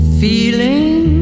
feeling